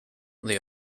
they